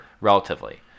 relatively